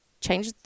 change